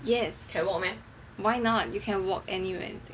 yes why not you can walk anywhere in Singapore